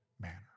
manner